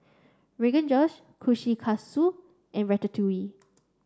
Rogan Josh Kushikatsu and Ratatouille